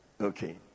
Okay